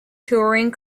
touring